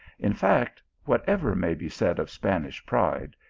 in fact, whatever may be said of spanish pride?